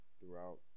throughout